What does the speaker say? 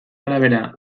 arabera